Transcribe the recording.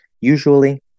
usually